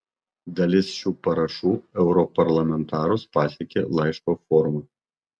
dalis šių parašų europarlamentarus pasiekė laiško forma